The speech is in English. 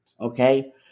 Okay